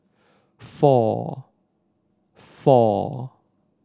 four four